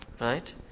right